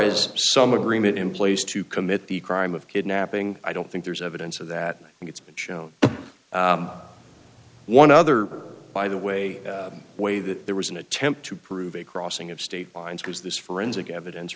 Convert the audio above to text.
as some agreement in place to commit the crime of kidnapping i don't think there's evidence of that and it's been shown one other by the way way that there was an attempt to prove a crossing of state lines because this forensic evidence